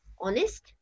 honest